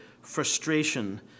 frustration